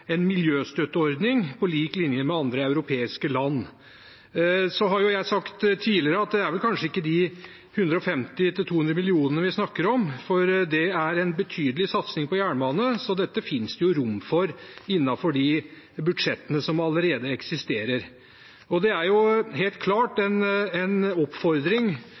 en miljøstøtteordning på lik linje med andre europeiske land. Jeg har sagt tidligere at det er vel kanskje ikke de 150 mill. kr–200 mill. kr vi snakker om, for det er en betydelig satsing på jernbane, så dette finnes det rom for innenfor de budsjettene som allerede eksisterer. Det er helt klart en oppfordring